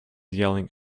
yelling